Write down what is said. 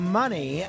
money